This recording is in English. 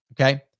Okay